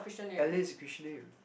Elliot is a christian name